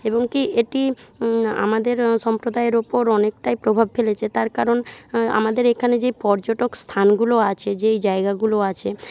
এবং কি এটি আমাদের সম্প্রদায়ের ওপর অনেকটাই প্রভাব ফেলেছে তার কারণ আমাদের এখানে যেই পর্যটক স্থানগুলো আছে যেই জায়গাগুলো আছে